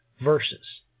verses